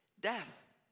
death